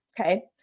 Okay